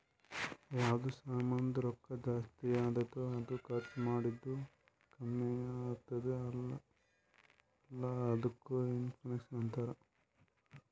ಯಾವ್ದು ಸಾಮಾಂದ್ ರೊಕ್ಕಾ ಜಾಸ್ತಿ ಆತ್ತುದ್ ಅದೂ ಖರ್ದಿ ಮಾಡದ್ದು ಕಮ್ಮಿ ಆತ್ತುದ್ ಅಲ್ಲಾ ಅದ್ದುಕ ಇನ್ಫ್ಲೇಷನ್ ಅಂತಾರ್